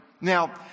now